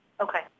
Okay